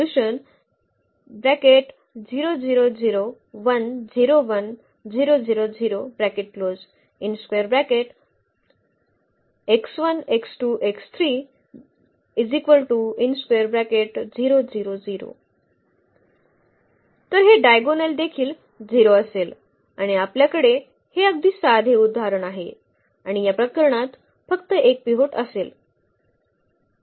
तर हे डायगोनल देखील 0 असेल आणि आपल्याकडे हे अगदी साधे उदाहरण आहे आणि या प्रकरणात फक्त 1 पिव्होट असेल